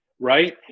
right